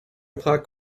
clock